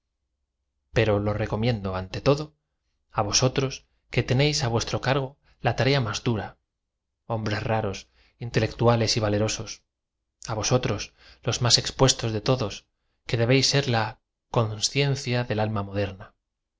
pero lo recomiendo ante todo á voaoltoa que tenéis á vuestro cargo la tarea más dura hombres raros intelectuales y valerosos á vos otros los más expuestos de todos que debéis ser la conciencia del alm a moderna